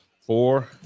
four